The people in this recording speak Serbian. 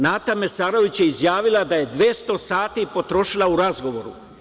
Nata Mesarović je izjavila da je 200 sati potrošila u razgovoru.